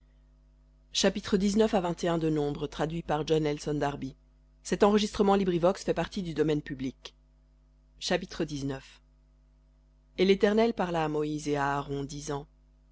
chapitre et l'éternel parla à moïse et à aaron disant